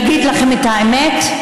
להגיד לכם את האמת,